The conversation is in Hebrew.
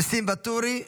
ניסים ואטורי,